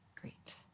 Great